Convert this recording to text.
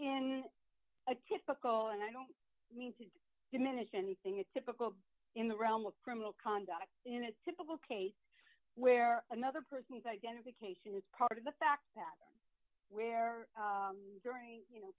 in a typical and i don't mean to diminish anything a typical in the realm of criminal conduct in a typical case where another person is identification is part of the fact that where during you know